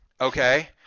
Okay